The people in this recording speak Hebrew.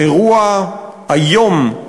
אירוע איום,